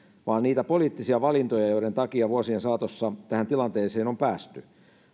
vaan niitä poliittisia valintoja joiden takia vuosien saatossa tähän tilanteeseen on päästy